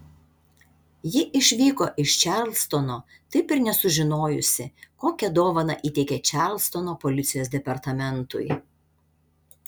ji išvyko iš čarlstono taip ir nesužinojusi kokią dovaną įteikė čarlstono policijos departamentui